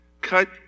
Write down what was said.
Cut